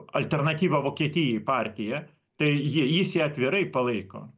alternatyva vokietijai partiją tai jis ją atvirai palaiko